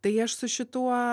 tai aš su šituo